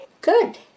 Good